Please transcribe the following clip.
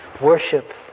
worship